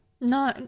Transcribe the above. no